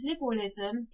liberalism